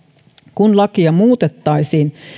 kun lakia muutettaisiin